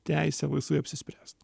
teisę laisvai apsispręst